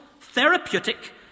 therapeutic